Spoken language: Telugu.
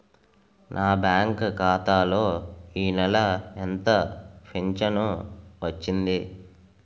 నా బ్యాంక్ ఖాతా లో ఈ నెల ఎంత ఫించను వచ్చింది?